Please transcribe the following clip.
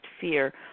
fear